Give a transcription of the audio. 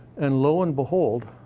and lo and behold,